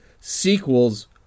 sequels